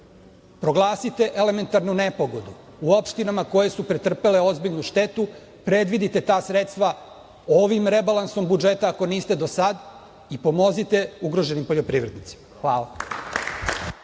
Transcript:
elementarnu nepogodu u opštinama koje su pretrpele ozbiljnu štetu, predvidite ta sredstva ovim rebalansom budžeta, ako niste do sada, i pomozite ugroženim poljoprivrednicima. Hvala.